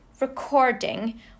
recording